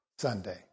Sunday